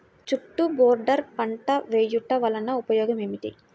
చుట్టూ బోర్డర్ పంట వేయుట వలన ఉపయోగం ఏమిటి?